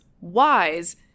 wise